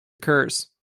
occurs